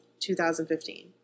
2015